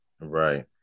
Right